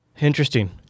Interesting